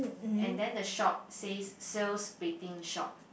and then the shop says sales betting shop